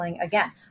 again